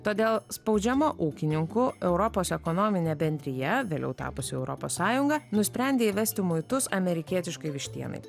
todėl spaudžiama ūkininkų europos ekonominė bendrija vėliau tapusi europos sąjunga nusprendė įvesti muitus amerikietiškai vištienai